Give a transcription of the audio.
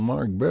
Mark